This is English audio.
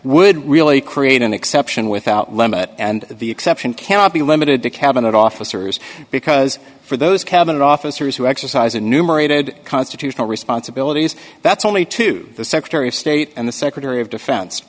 would really create an exception without limit and the exception cannot be limited to cabinet officers because for those cabinet officers who exercise a numerated constitute no responsibilities that's only to the secretary of state and the secretary of defense